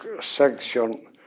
section